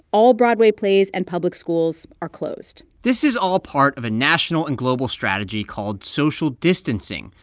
all broadway plays and public schools are closed this is all part of a national and global strategy called social distancing,